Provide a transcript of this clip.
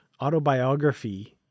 autobiography